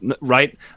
Right